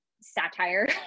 satire